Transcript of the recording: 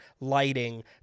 lighting